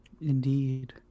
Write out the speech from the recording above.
indeed